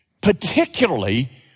particularly